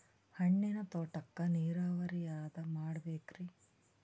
ಹಣ್ಣಿನ್ ತೋಟಕ್ಕ ನೀರಾವರಿ ಯಾದ ಮಾಡಬೇಕ್ರಿ?